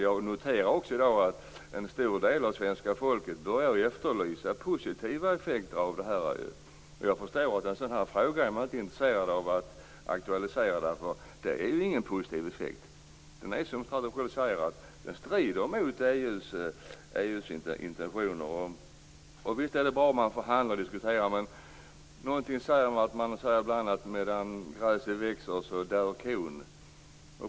Jag noterar också att en stor del av svenska folket börjar efterlysa positiva effekter av EU medlemskapet. Jag förstår att man inte är intresserad av att aktualisera en sådan här fråga, därför att det är ingen positiv effekt. Det strider mot EU:s intentioner, som statsrådet säger. Visst är det bra att man förhandlar och diskuterar, men någonting säger mig att medan gräset växer dör kon.